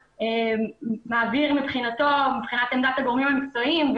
מעביר מבחינתו ומבחינת עמדת הגורמים המקצועיים,